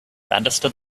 understood